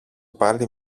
πάλι